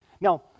Now